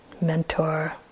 mentor